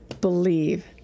believe